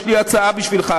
יש לי הצעה בשבילך,